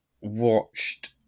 watched